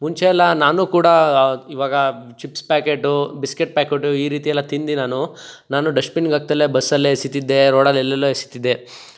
ಮುಂಚೆಯೆಲ್ಲ ನಾನು ಕೂಡಾ ಇವಾಗ ಚಿಪ್ಸ್ ಪ್ಯಾಕೆಟು ಬಿಸ್ಕೆಟ್ ಪ್ಯಾಕೆಟು ಈ ರೀತಿಯೆಲ್ಲ ತಿಂದು ನಾನು ನಾನು ಡಶ್ಟ್ಬಿನ್ಗೆ ಹಾಕ್ತಲೆ ಬಸ್ಸಲ್ಲೆ ಎಸೀತಿದ್ದೇ ರೋಡಲ್ಲಿ ಎಲ್ಲೆಲ್ಲೋ ಎಸೀತಿದ್ದೆ